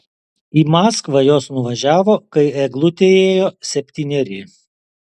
į maskvą jos nuvažiavo kai eglutei ėjo septyneri